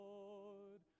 Lord